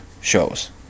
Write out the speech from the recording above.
shows